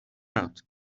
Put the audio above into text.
out